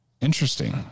Interesting